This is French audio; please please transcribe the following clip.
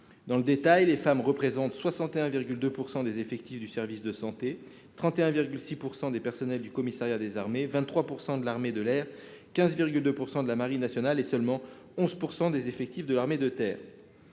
dans le détail, les femmes représentent 61,2 % des effectifs du service de santé, 31,6 % des personnels du commissariat des armées, 23 % des effectifs de l'armée de l'air, 15,2 % des effectifs de la marine nationale, et seulement 11 % des effectifs de l'armée de terre.